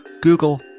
Google